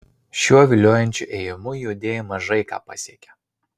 šiuo viliojančiu ėjimu juodieji mažai ką pasiekia